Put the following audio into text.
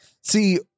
See